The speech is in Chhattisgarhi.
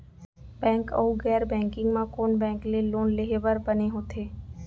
बैंक अऊ गैर बैंकिंग म कोन बैंक ले लोन लेहे बर बने होथे?